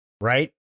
right